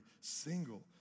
single